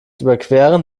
überqueren